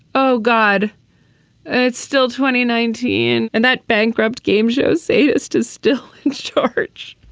oh god it's still twenty nineteen and that bankrupt game shows sadist is still in charge.